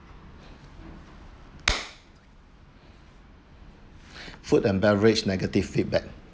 food and beverage negative feedback